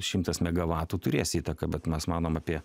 šimtas megavatų turės įtaką bet mes manom apie